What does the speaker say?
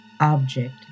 Object